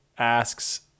asks